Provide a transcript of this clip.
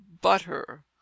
butter